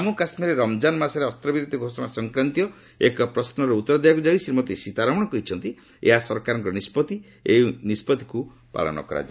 କାମ୍ମୁ କାଶ୍ମୀରରେ ରମଜାନ୍ ମାସରେ ଅସ୍ତ୍ରବିରତି ଘୋଷଣା ସଂକ୍ରାନ୍ତୀୟ ଏକ ପ୍ରଶ୍ନର ଉତ୍ତର ଦେବାକୁ ଯାଇ ଶ୍ରୀମତୀ ସୀତାରମଣ କହିଛନ୍ତି ଏହା ସରକାରଙ୍କ ନିଷ୍ପଭି ଏବଂ ଏହି ନିଷ୍ପଭିକୁ ପାଳନ କରାଯିବ